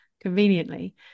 conveniently